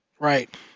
Right